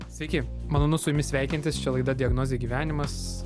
sveiki malonu su jumis sveikintis čia laida diagnozė gyvenimas